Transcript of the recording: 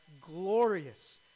glorious